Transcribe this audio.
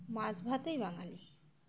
মাছ ভাতেই বাঙালি